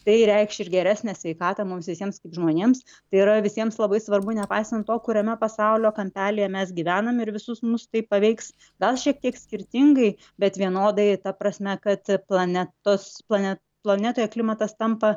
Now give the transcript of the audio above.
tai reikš ir geresnę sveikatą mums visiems kaip žmonėms tai yra visiems labai svarbu nepaisant to kuriame pasaulio kampelyje mes gyvenam ir visus mus tai paveiks gal šiek tiek skirtingai bet vienodai ta prasme kad planetos plane planetoje klimatas tampa